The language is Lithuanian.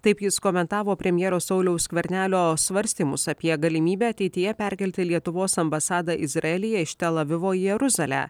taip jis komentavo premjero sauliaus skvernelio svarstymus apie galimybę ateityje perkelti lietuvos ambasadą izraelyje iš tel avivo į jeruzalę